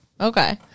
Okay